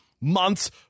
months